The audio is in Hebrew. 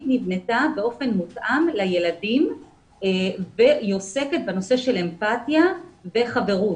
נבנתה באופן מותאם לילדים והיא עוסקת בנושא של אמפתיה וחברות.